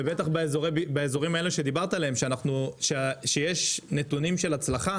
ובטח באזורים האלה שדיברת עליהם שיש נתונים של הצלחה